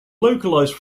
localized